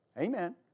Amen